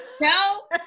no